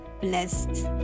blessed